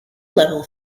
level